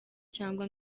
cyangwa